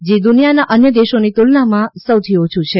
જે દુનિયાના અન્ય દેશોની તુલનામાં સૌથી ઓછું છે